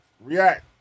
React